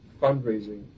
fundraising